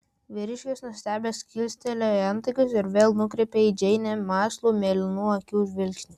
vyriškis nustebęs kilstelėjo antakius ir vėl nukreipė į džeinę mąslų mėlynų akių žvilgsnį